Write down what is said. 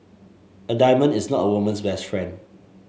a diamond is not a woman's best friend